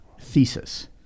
thesis